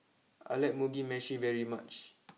I like Mugi Meshi very much